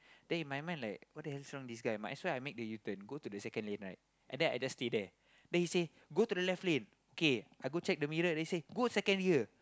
then in my mind like what the hell wrong with this guy might as well I make the U-turn go to the second lane right and then I just stay there and then he say go to the left lane k I go check the middle already say go the second here